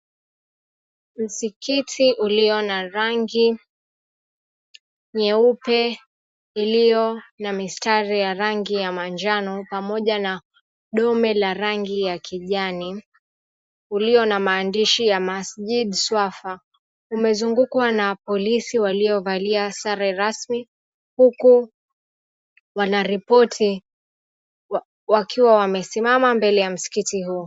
Msikiti ulio na rangi nyeupe iliyo na mistari ya rangi ya manjano pamoja na dome la rangi ya kijani ulio na maandishi ya Masjid Swafar umezungukwa na polisi waliovalia sare rasmi huku wanaripoti wakiwa wamesimama mbele ya msikiti huo.